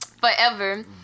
Forever